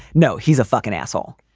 no, he's a fucking asshole.